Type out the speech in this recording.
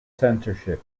censorship